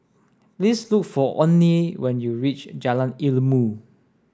please look for Onnie when you reach Jalan Ilmu